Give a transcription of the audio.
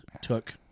took